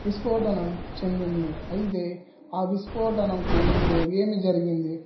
విస్ఫోటనం చెందింది అయితే ఆ విస్ఫోటనంకు ముందు ఏమి జరిగింది